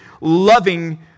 loving